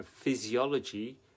physiology